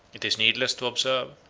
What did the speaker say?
it is needless to observe,